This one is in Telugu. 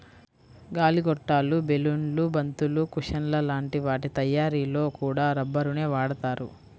గాలి గొట్టాలు, బెలూన్లు, బంతులు, కుషన్ల లాంటి వాటి తయ్యారీలో కూడా రబ్బరునే వాడతారు